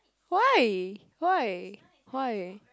why why why